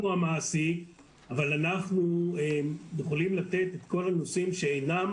אנחנו המעסיק אבל אנחנו יכולים לתת את כל הנושאים שאינם